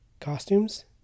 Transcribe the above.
costumes